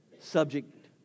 subject